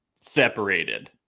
separated